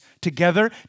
together